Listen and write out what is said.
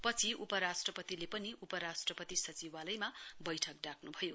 पछि उप राष्ट्रपतिले पनि उप राष्ट्रपति सचिवालयमा वैठक डाक्रभयो